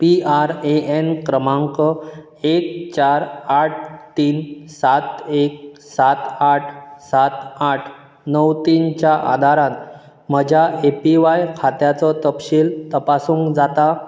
P R A N क्रमांक एक चार आठ तीन सात एक सात आठ सात आठ णव तीन च्या आदारान म्हज्या ए पी व्हाय खात्याचो तपशील तपासूंक जाता